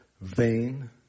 vain